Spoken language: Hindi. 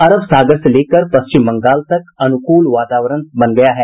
अरब सागर से लेकर पश्चिम बंगाल तक अनुकूल वातावरण बन गया है